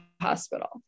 hospital